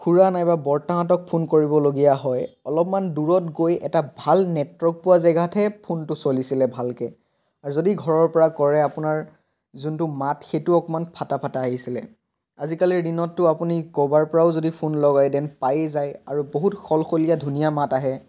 খুড়া নাইবা বৰ্তাহঁতক ফোন কৰিবলগীয়া হয় অলপমান দূৰত গৈ এটা ভাল নেটৱৰ্ক পোৱা জেগাতহে ফোনটো চলিছিলে ভালকৈ আৰু যদি ঘৰৰ পৰা কৰে আপোনাৰ যোনটো মাত সেইটো অকণমান ফটা ফটা আহিছিলে আজিকালিৰ দিনততো আপুনি ক'ৰবাৰ পৰাও যদি ফোন লগায় ডেন পায়ে যায় আৰু বহুত সলসলীয়া ধুনীয়া মাত আহে